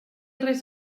res